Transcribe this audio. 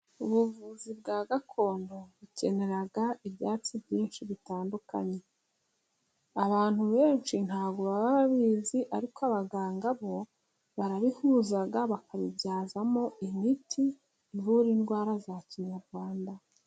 Ubuvuzi bwa gakondo bukenera ibyatsi byinshi bitandukanye, abantu benshi ntabwo baba babizi ariko abaganga bo barabihuza bakabibyazamo imiti ivura indwara za kinyarwanda.